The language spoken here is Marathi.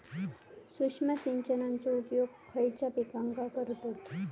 सूक्ष्म सिंचनाचो उपयोग खयच्या पिकांका करतत?